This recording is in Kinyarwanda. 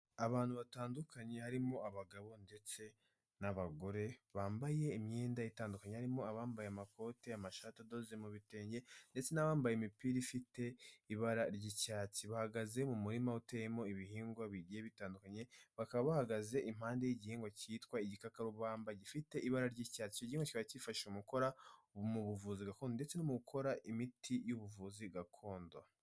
Abantu batandukanye harimo abagabo ndetse n'abagore bambaye imyenda itandukanye harimo abambaye amakoti amashati adoze mu bitenge ndetse n'abambaye imipira ifite ibara ry'icyatsi bahagaze mu murima uteyemo ibihingwa bigiye bitandukanye, bakaba bahagaze impande y'igihingwa cyitwa igikakarubamba gifite ibara ry'icyatsi kifashishwa mu gukora mu buvuzi gakondo ndetse no gukora imiti y'ubuvuzi gakondo.